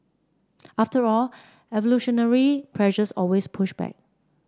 after all evolutionary pressures always push back